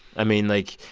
i mean, like,